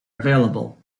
available